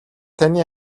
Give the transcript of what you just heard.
таны